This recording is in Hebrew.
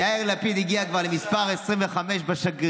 יאיר לפיד הגיע כבר למס' 25 בשגרירים,